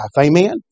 Amen